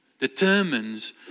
determines